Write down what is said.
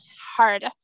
hard